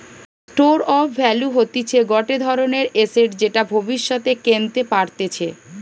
store of value হতিছে গটে ধরণের এসেট যেটা ভব্যিষতে কেনতে পারতিছে